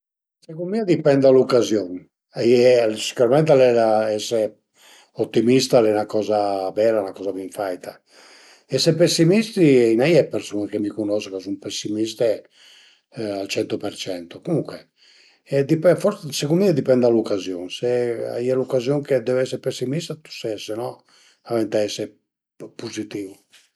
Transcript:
Secund mi a dipend da l'ucaziun, a ie sicürament ese utimista al e 'na coza bela, 'na coza bin faita, esi pesimisti, a i n'a ie dë persun-e che mi cunosu ch'a sun pesimiste al cento per cento comuncue, a dipend secund mi a dipend da l'ucaziun, se a ie l'ucaziun che deve esi pesimista t'le ses se no venta ese puzitìu